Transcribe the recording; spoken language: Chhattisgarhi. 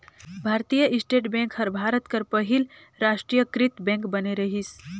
भारतीय स्टेट बेंक हर भारत कर पहिल रास्टीयकृत बेंक बने रहिस